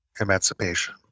emancipation